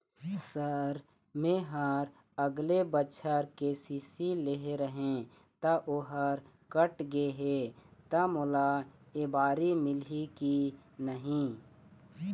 Sir मेहर अगले बछर के.सी.सी लेहे रहें ता ओहर कट गे हे ता मोला एबारी मिलही की नहीं?